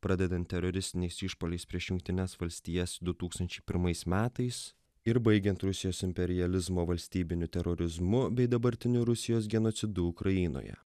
pradedant teroristiniais išpuoliais prieš jungtines valstijas du tūkstančiai pirmais metais ir baigiant rusijos imperializmo valstybiniu terorizmu bei dabartiniu rusijos genocidu ukrainoje